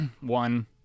one